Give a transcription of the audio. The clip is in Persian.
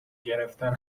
گرفتن